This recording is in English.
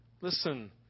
Listen